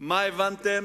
מה הבנתם?